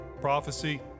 prophecy